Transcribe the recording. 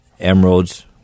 emeralds